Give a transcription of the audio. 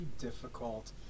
difficult